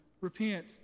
Repent